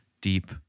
deep